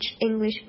English